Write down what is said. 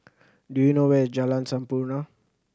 do you know where is Jalan Sampurna